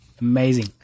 Amazing